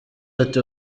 ati